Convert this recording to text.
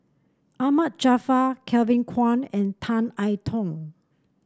Ahmad Jaafar Kevin Kwan and Tan I Tong